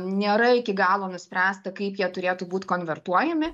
nėra iki galo nuspręsta kaip jie turėtų būt konvertuojami